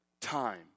Time